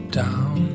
down